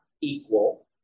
equal